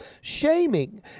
shaming